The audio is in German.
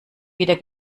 wieder